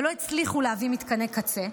ולא הצליחו להביא מתקני קצה.